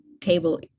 table